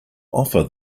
offer